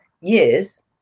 Years